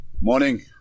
Morning